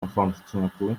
unfortunately